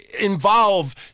involve